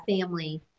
family